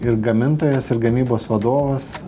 ir gamintojas ir gamybos vadovas